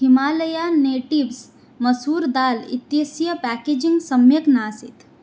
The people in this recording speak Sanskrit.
हिमालया नेटिव्स् मसूर् दाल् इत्यस्य पाकेजिङ्ग् सम्यक् नासीत्